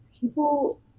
people